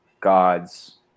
gods